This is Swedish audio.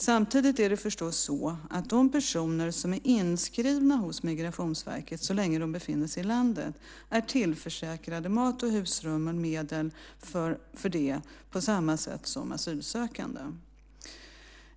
Samtidigt är det förstås så att de personer som är inskrivna hos Migrationsverket, så länge de befinner sig i landet, är tillförsäkrade mat och husrum eller medel för det på samma sätt som asylsökande.